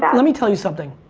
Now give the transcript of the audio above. yeah let me tell you something.